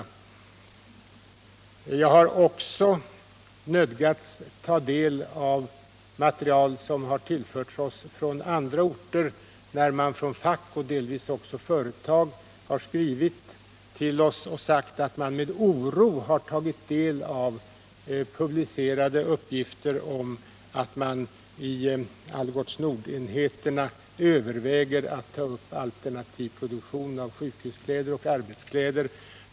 Men jag har också nödgats ta del av material som har tillförts oss från andra orter, där man från fack och delvis också företag har skrivit till oss och sagt att man med oro har läst publicerade uppgifter om att man inom Nr 36 Algots Nord-enheterna överväger att ta upp alternativ produktion av sjukhuskläder och arbetskläder.